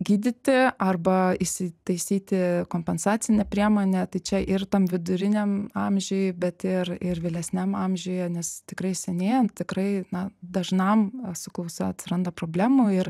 gydyti arba įsitaisyti kompensacinę priemonę tai čia ir tam viduriniam amžiuj bet ir ir vėlesniam amžiuje nes tikrai senėjant tikrai na dažnam su klausa atsiranda problemų ir